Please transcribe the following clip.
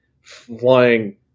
flying